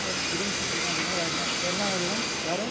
S green supermarket தான் என்ன என்னங்க வேணும் யார்